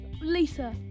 lisa